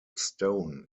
stone